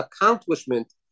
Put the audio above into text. accomplishment